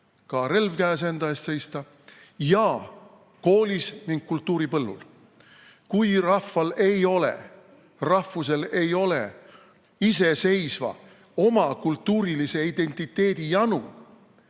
ka, relv käes, enda eest seista – ja koolis ning kultuuripõllul. Kui rahval ei ole, rahvusel ei ole iseseisva kultuurilise identiteedi janu,